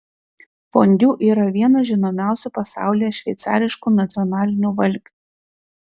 fondiu yra vienas žinomiausių pasaulyje šveicariškų nacionalinių valgių